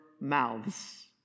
mouths